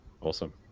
awesome